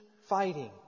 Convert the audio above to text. fighting